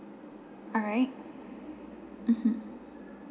alright mmhmm